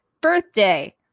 birthday